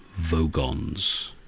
Vogons